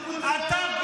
תגיד